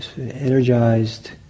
energized